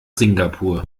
singapur